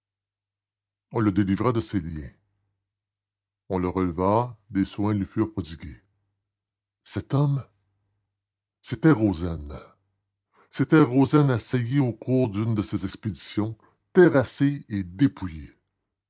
on le délivra de ses liens on le releva des soins lui furent prodigués cet homme c'était rozaine c'était rozaine assailli au cours d'une de ses expéditions terrassé et dépouillé